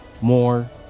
more